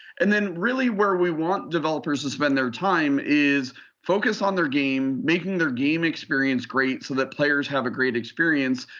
and then really where we want developers to spend their time is focus on their game, making their game experience great so that players have a great experience.